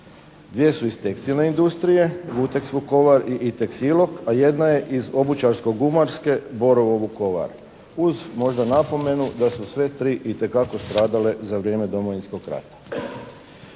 Dvije su iz tekstilne industrije "Vuteks" Vukovar i "Iteks" Ilok, a jedna je iz obućarsko-gumarske "Borovo" Vukovar uz možda napomenu da su sve tri itekako stradale za vrijeme Domovinskog rata.